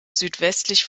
südwestlich